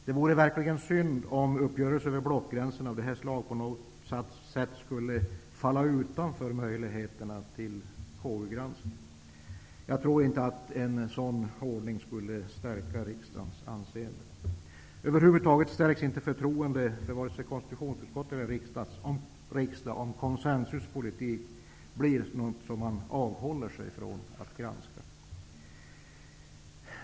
Det vore verkligen synd om uppgörelser över blockgränserna av det här slaget på något sätt skulle stå utanför möjligheterna till KU granskning. Jag tror inte att en sådan ordning skulle stärka riksdagens anseende. Över huvud taget stärks inte förtroendet för vare sig konstitutionsutskottet eller riksdagen om konsensuspolitik blir något som man avhåller sig från att granska.